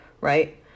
right